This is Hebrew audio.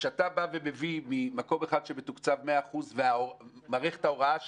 כשאתה מביא מקום אחד שמתוקצב 100% ומערכת ההוראה שלו,